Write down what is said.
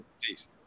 Peace